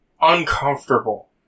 uncomfortable